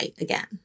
again